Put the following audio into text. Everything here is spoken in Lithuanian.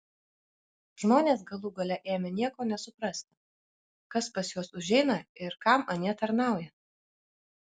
žmonės galų gale ėmė nieko nesuprasti kas pas juos užeina ir kam anie tarnauja